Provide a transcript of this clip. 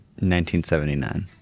1979